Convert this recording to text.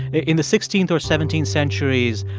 in the sixteenth or seventeenth centuries,